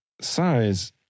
size